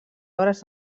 obres